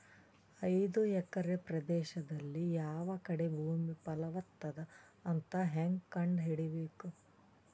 ಐದು ಎಕರೆ ಪ್ರದೇಶದಲ್ಲಿ ಯಾವ ಕಡೆ ಭೂಮಿ ಫಲವತ ಅದ ಅಂತ ಹೇಂಗ ಕಂಡ ಹಿಡಿಯಬೇಕು?